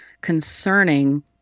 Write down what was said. concerning